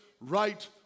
right